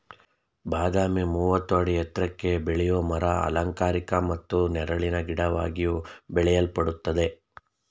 ಬಾದಾಮಿ ಮೂವತ್ತು ಅಡಿ ಎತ್ರಕ್ಕೆ ಬೆಳೆಯೋ ಮರ ಅಲಂಕಾರಿಕ ಮತ್ತು ನೆರಳಿನ ಗಿಡವಾಗಿಯೂ ಬೆಳೆಯಲ್ಪಡ್ತದೆ